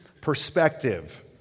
perspective